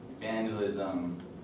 vandalism